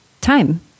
time